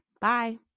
Bye